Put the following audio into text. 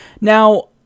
Now